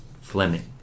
Fleming